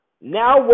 Now